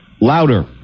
Louder